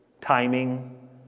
timing